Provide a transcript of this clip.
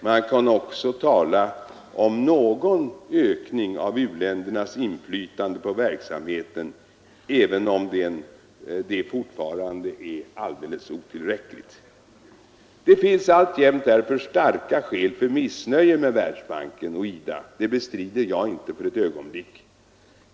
Man kan också tala om någon ökning av u-ländernas inflytande på verksamheten, även om det fortfarande är alldeles otillräckligt. Det finns därför alltjämt starka skäl för missnöje med Världsbanken och IDA — det bestrider jag inte för ett ögonblick.